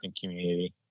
community